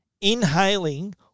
inhaling